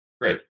great